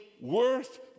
worth